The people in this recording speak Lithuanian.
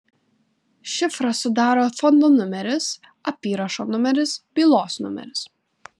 šifrą sudaro fondo numeris apyrašo numeris bylos numeris